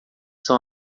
são